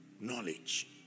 Knowledge